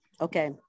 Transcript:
Okay